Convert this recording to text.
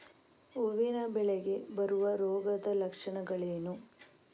ಹೂವಿನ ಬೆಳೆಗೆ ಬರುವ ರೋಗದ ಲಕ್ಷಣಗಳೇನು?